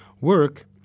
Work